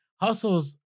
hustles